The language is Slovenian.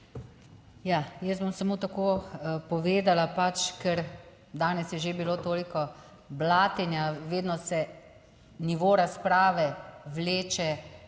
jaz bom samo tako povedala, pač, ker danes je že bilo toliko blatenja, vedno se nivo razprave vleče